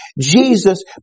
Jesus